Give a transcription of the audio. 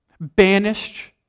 banished